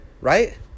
right